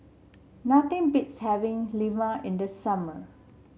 nothing beats having Lemang in the summer